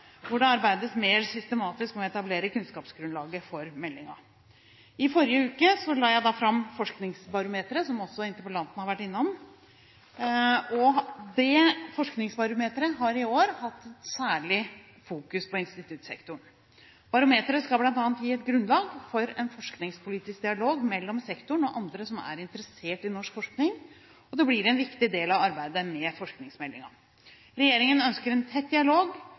systematisk med å etablere kunnskapsgrunnlaget for meldingen. I forrige uke la jeg fram Forskningsbarometeret 2012, som også interpellanten har vært innom, og det har i år hatt særlig fokus på instituttsektoren. Barometeret skal bl.a. gi grunnlag for en forskningspolitisk dialog mellom sektoren og andre som er interessert i norsk forskning, og det blir en viktig del av arbeidet med forskningsmeldingen. Regjeringen ønsker en tett dialog